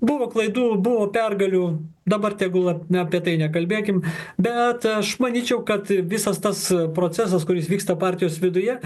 buvo klaidų buvo pergalių dabar tegul apie tai nekalbėkim bet aš manyčiau kad visas tas procesas kuris vyksta partijos viduje